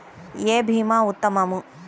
ఏ భీమా ఉత్తమము?